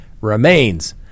remains